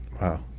Wow